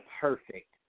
perfect